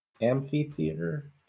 Amphitheater